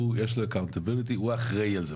אומרים"Accountability"הוא אחראי על זה,